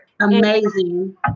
amazing